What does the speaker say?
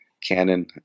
Canon